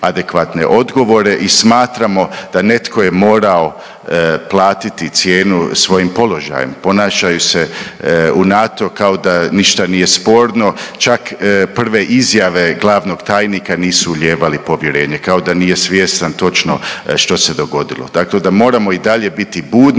adekvatne odgovore i smatramo da netko je morao platiti cijenu svojim položajem. Ponašaju se u NATO-u kao da ništa nije sporno, čak prve izjave glavnog tajnika nisu ulijevale povjerenje kao da nije svjestan točno što se dogodilo tako da moramo i dalje biti budni.